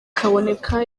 kaboneka